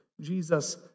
Jesus